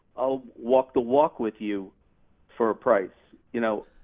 i'll walk the walk with you for a price, you know,